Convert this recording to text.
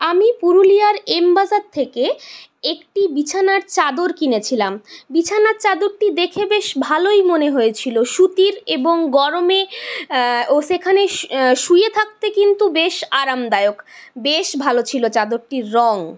আমি পুরুলিয়ার এম বাজার থেকে একটি বিছানার চাদর কিনেছিলাম বিছানার চাদরটি দেখে বেশ ভালোই মনে হয়েছিলো সুতির এবং গরমে ও সেখানে শুয়ে থাকতে কিন্তু বেশ আরামদায়ক বেশ ভালো ছিলো চাদরটির রঙ